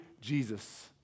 Jesus